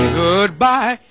goodbye